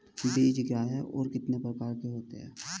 बीज क्या है और कितने प्रकार के होते हैं?